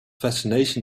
fascination